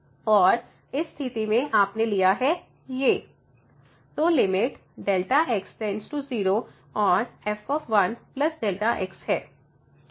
और इस स्थिति में आपने लिया है f 1x f1x तो लिमिट Δ x→0 और f1Δ x है